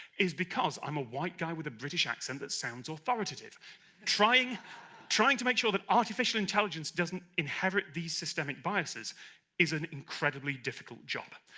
is because i'm a white guy with a british accent, that sounds authoritative trying trying to make sure that artificial intelligence doesn't inherit these systemic biases is an incredibly difficult job,